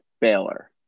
Baylor